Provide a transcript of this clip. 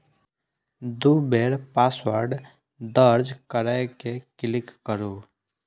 दू बेर पासवर्ड दर्ज कैर के क्लिक करू